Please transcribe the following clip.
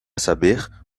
saber